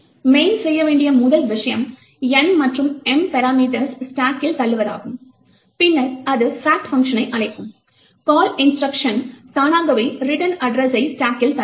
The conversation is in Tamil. main செய்ய வேண்டிய முதல் விஷயம் N மற்றும் M பராமீட்டர்ஸ் ஸ்டாக்கில் தள்ளுவதாகும் பின்னர் அது fact பங்க்ஷனை அழைக்கும் கால் இன்ஸ்ட்ருக்ஷன் தானாகவே ரிட்டர்ன் அட்ரெஸ்ஸை ஸ்டாக்கில் தள்ளும்